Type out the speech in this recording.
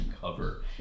cover